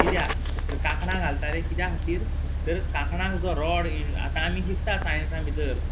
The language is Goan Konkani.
किद्या तर कांकणां घालताले किद्या खातीर तर कांकणांक जो रॉड ई आतां आमी शिकता सायन्सा भितर